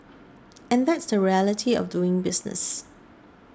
and that's the reality of doing business